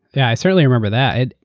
yeah i certainly remember that.